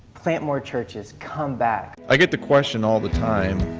plant more churches, come back. i get the question all the time,